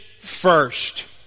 first